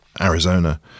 Arizona